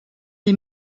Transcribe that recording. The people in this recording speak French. des